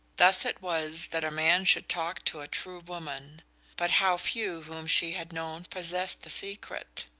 thus it was that a man should talk to a true woman but how few whom she had known possessed the secret!